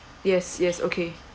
yes yes okay